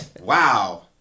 wow